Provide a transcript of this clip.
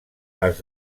les